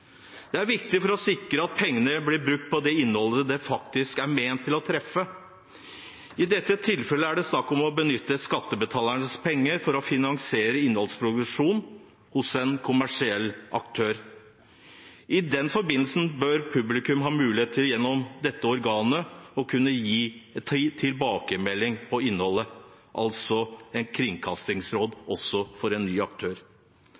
er viktig for å sikre at pengene blir brukt på det innholdet som faktisk er ment til å treffe. I dette tilfellet er det snakk om å benytte skattebetalernes penger for å finansiere innholdsproduksjon hos en kommersiell aktør. I den forbindelse bør publikum ha mulighet til, gjennom dette organet, å kunne gi tilbakemelding på innholdet – altså et kringkastingsråd også for en ny aktør.